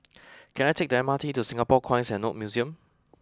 can I take the M R T to Singapore Coins and Notes Museum